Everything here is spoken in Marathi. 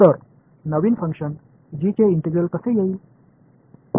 तर नवीन फंक्शन जी चे इंटिग्रल कसे येईल